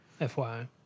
FYI